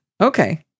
Okay